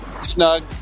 snug